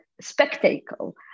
spectacle